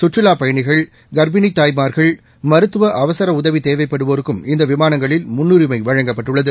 சுற்றுலாபயணிகள் கர்ப்பிணிதாய்மார் மருத்துவ அவசரஉதவிதேவைப்படுவோருக்கு இந்தவிமானங்களில் முன்னுரிமைவழங்கப்பட்டுள்ளது